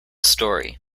story